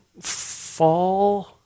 fall